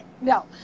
No